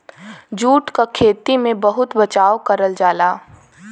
jute क खेती में बहुत बचाव करल जाला